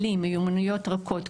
כלים ומיומנות רכות,